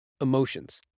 Emotions